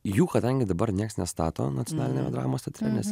jų kadangi dabar nieks nestato nacionaliniame dramos teatre nes